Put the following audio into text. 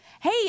Hey